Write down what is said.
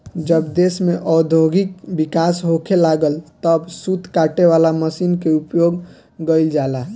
जब देश में औद्योगिक विकास होखे लागल तब सूत काटे वाला मशीन के उपयोग गईल जाला